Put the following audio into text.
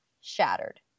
shattered